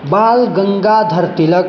बालगङ्गाधरतिलकः